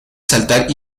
saltar